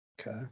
Okay